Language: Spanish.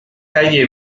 calle